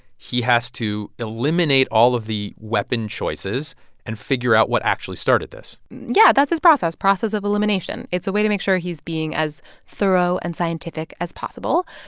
he has to eliminate all of the weapon choices and figure out what actually started this yeah. that's his process process of elimination. it's a way to make sure he's being as thorough and scientific as possible.